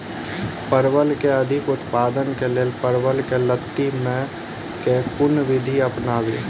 परवल केँ अधिक उत्पादन केँ लेल परवल केँ लती मे केँ कुन विधि अपनाबी?